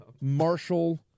Marshall